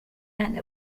and